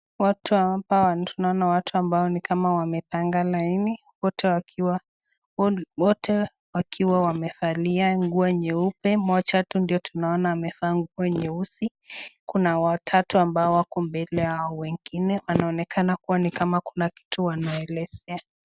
Watu hapa tunaoona hapa ni watu ambao ni kama wamepanga laini wote wakiwa wote wakiwa wamevalia nguo nyeupe. Moja tu ndio tunaona amevaa nguo nyeusi. Kuna watatu ambao wako mbele ya wao wengine. Wanaonekana kuwa ni kama kuna kitu wanaelezea.